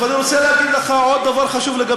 אני אומר לך מה התשובה.